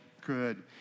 Good